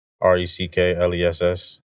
R-E-C-K-L-E-S-S